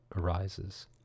arises